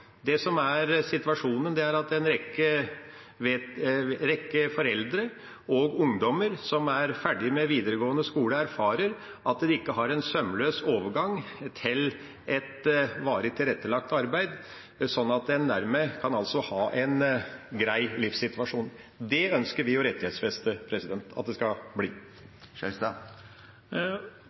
Det som er situasjonen, er at en rekke foreldre med ungdommer som er ferdig med videregående skole, erfarer at en ikke har en sømløs overgang til varig tilrettelagt arbeid, slik at en tilnærmet kan ha en grei livssituasjon. Det ønsker vi å rettighetsfeste at de skal